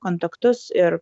kontaktus ir